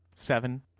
Seven